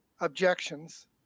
objections